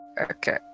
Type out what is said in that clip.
Okay